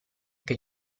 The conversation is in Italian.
che